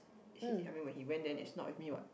he he went there is not with me what